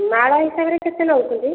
ମାଳ ହିସାବରେ କେତେ ନେଉଛନ୍ତି